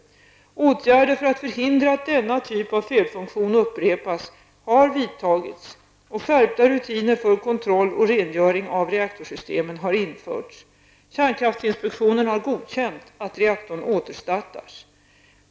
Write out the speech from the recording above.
Åtgärder för att förhindra att denna typ av felfunktion upprepas har vidtagits, och skärpta rutiner för kontroll och rengöring av reaktorsystemen har införts. Kärnkraftsinspektionen har godkänt att reaktorn återstartas.